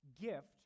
gift